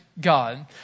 God